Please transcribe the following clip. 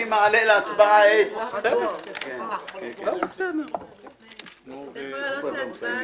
אני מעלה להצבעה את --- אתה יכול להעלות להצבעה,